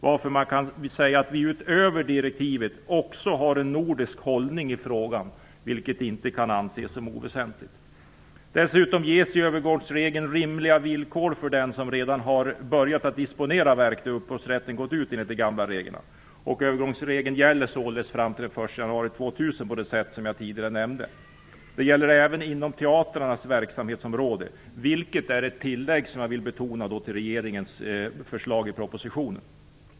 Därför kan man säga att vi utöver att ha följt direktivet också har en nordisk hållning i frågan, vilket inte kan anses som oväsentligt. Dessutom ges i övergångsregeln rimliga villkor för den som redan har börjat att disponera verk där upphovsrätten gått ut enligt de gamla reglerna. Övergångstiden gäller således fram till den 1 januari 2000 på det sätt som jag tidigare nämnde. Detta gäller även inom teatrarnas verksamhetsområde, vilket är ett tillägg till regeringens förslag i propositionen.